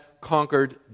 conquered